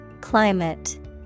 Climate